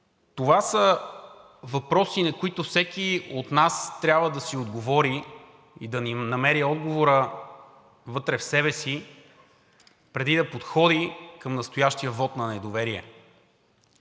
Това са въпроси, на които всеки от нас трябва да си отговори и да намери отговора вътре в себе си, преди да подходи към настоящия вот на недоверие.